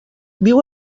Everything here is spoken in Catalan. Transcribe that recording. viu